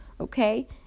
Okay